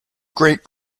great